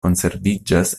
konserviĝas